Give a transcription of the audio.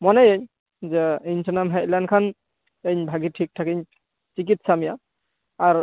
ᱢᱚᱱᱮᱤᱧ ᱡᱮ ᱤᱧ ᱴᱷᱮᱱᱮᱢ ᱦᱮᱡ ᱞᱮᱱᱠᱷᱟᱱ ᱤᱧ ᱵᱷᱟᱜᱮ ᱴᱷᱤᱠ ᱴᱷᱟᱠᱤᱧ ᱪᱤᱠᱤᱛᱥᱟ ᱢᱮᱭᱟ ᱟᱨ